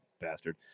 bastard